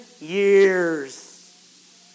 years